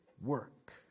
work